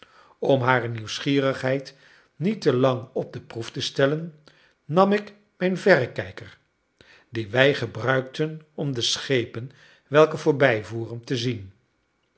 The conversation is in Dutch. om hare nieuwsgierigheid niet te lang op de proef te stellen nam ik mijn verrekijker die wij gebruikten om de schepen welke voorbijvoeren te zien